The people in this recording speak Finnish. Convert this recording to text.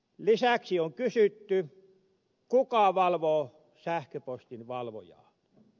lisäksi on kysytty kuka valvoo sähköpostin valvojaa